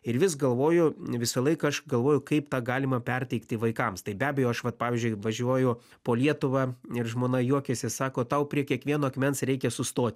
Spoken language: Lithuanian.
ir vis galvoju visą laiką aš galvoju kaip tą galima perteikti vaikams tai be abejo aš vat pavyzdžiui važiuoju po lietuvą ir žmona juokiasi sako tau prie kiekvieno akmens reikia sustot